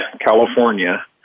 California